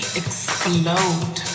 explode